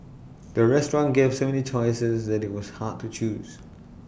the restaurant gave so many choices that IT was hard to choose